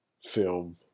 film